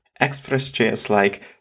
express.js-like